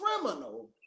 criminal